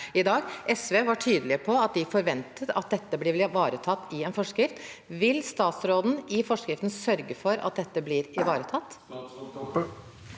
i dag. SV var tydelig på at de forventet at dette blir ivaretatt i en forskrift. Vil statsråden i forskrift sørge for at dette blir ivaretatt?